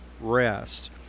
rest